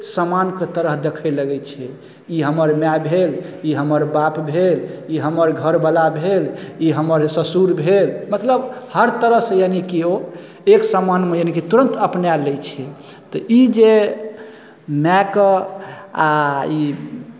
समानके तरह देखय लगै छै ई हमर माय भेल ई हमर बाप भेल ई हमर घरवला भेल ई हमर ससुर भेल मतलब हर तरहसँ यानि की ओ एक समानमे यानिकि तुरन्त अपनाए लैत छै तऽ ई जे मायके आ ई